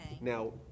Now